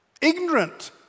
Ignorant